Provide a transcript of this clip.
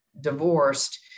divorced